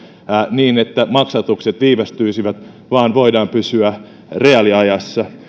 niin että maksatukset viivästyisivät vaan voidaan pysyä reaaliajassa